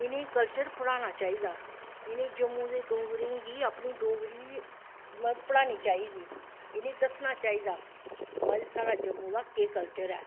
इनें कल्चर पढ़ाना चाही दा इनें जम्मू दे डोगरें गी अपनी डोगरी मतलव पढ़नीं चाही दी इनेंगी दस्सनां चाही दा मतलव साढ़े जम्मू दा केह् कल्चर ऐ